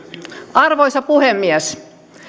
arvoisa puhemies